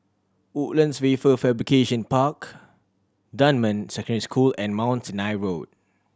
Woodlands Wafer Fabrication Park Dunman Secondary School and Mount Sinai Road